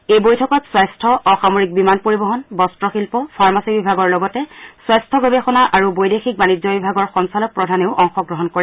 এই বৈঠকত স্বাস্থ্য অসামৰিক বিমান পৰিবহণ বদ্ৰশিল্প ফাৰ্মাচী বিভাগৰ লগতে স্বাস্থ্য গৱেষণা আৰু বৈদেশিক বাণিজ্য বিভাগৰ সঞ্চালক প্ৰধানেও অংশগ্ৰহণ কৰে